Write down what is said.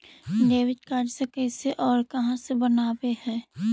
Debit card कैसे और कहां से बनाबे है?